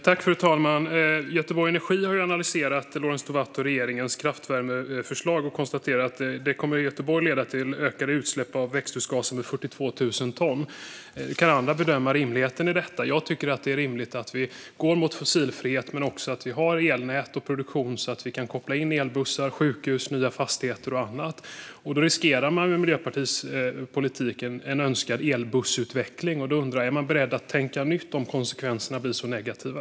Fru talman! Göteborg Energi har analyserat Lorentz Tovatts och regeringens kraftvärmeförslag, och de konstaterar att det i Göteborg kommer att leda till att utsläppen av växthusgaser ökar med 42 000 ton. Andra kan bedöma rimligheten i detta. Jag tycker att det är rimligt att vi går mot fossilfrihet men också att vi har elnät och produktion så att vi kan koppla in elbussar, sjukhus, nya fastigheter och annat. Med Miljöpartiets politik riskeras en önskad elbussutveckling, och då undrar jag: Är man beredd att tänka nytt om konsekvenserna blir så negativa?